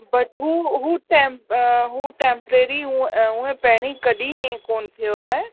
but हू हू टे हू टेंप्रेरी हूंअ पहिरीं कॾहिं ईअं कोन थियो आहे